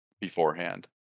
beforehand